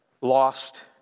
lost